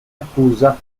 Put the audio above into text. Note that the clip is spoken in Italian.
accusa